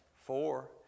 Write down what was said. four